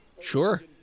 Sure